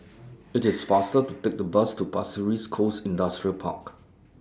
IT IS faster to Take The Bus to Pasir Ris Coast Industrial Park